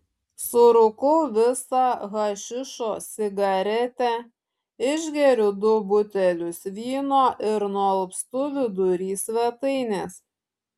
surūkau visą hašišo cigaretę išgeriu du butelius vyno ir nualpstu vidury svetainės